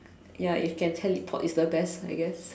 ya if can teleport is the best I guess